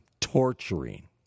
torturing